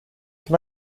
can